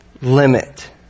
limit